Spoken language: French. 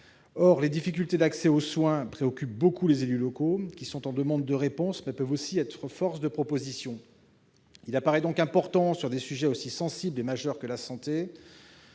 Or les difficultés d'accès aux soins préoccupent beaucoup les élus locaux, qui sont en demande de réponses, mais peuvent aussi être force de propositions. Il paraît donc important, sur des sujets aussi sensibles et majeurs que la santé